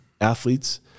athletes